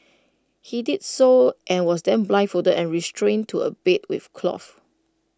he did so and was then blindfolded and restrained to A bed with cloth